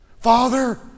Father